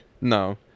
No